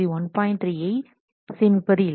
3 வை சேமிப்பது இல்லை